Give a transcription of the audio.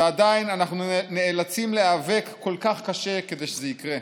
ועדיין אנחנו נאלצים להיאבק כל כך קשה כדי שזה יקרה.